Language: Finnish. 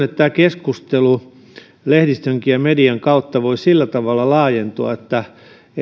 että tämä keskustelu lehdistönkin ja median kautta voisi sillä tavalla laajentua että